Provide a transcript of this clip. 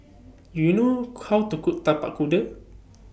Do YOU know How to Cook Tapak Kuda